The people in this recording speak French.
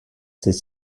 ses